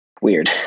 weird